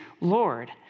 Lord